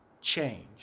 change